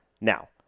Now